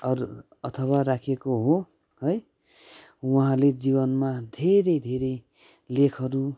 अथवा राखिएको हो है उहाँले जीवनमा धेरै धेरै लेखहरू